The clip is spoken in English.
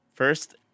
first